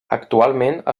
actualment